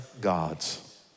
gods